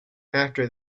after